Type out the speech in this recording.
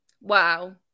Wow